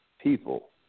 People